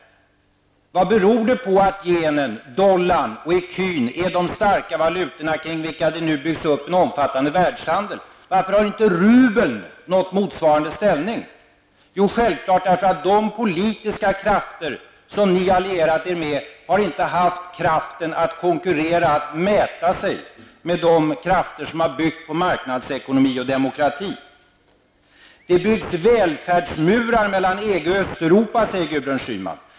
Vad beror det på att yen, dollar och ecu är de starka valutor kring vilka det nu byggs upp en omfattande världshandel? Varför har inte rubeln nått motsvarande ställning? Självfallet därför att de politiska krafter som ni har lierat er med inte har haft kraften att konkurrera, att mäta sig med de krafter som är byggda på marknadsekonomi och demokrati. Det byggs välfärdsmurar mellan EG och Östeuropa, säger Gudrun Schyman.